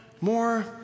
more